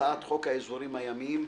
הצעת חוק האזורים הימיים.